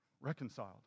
reconciled